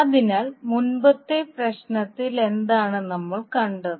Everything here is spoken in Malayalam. അതിനാൽ മുമ്പത്തെ പ്രശ്നത്തിൽ എന്താണ് നമ്മൾ കണ്ടത്